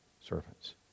servants